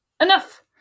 enough